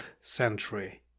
century